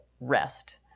rest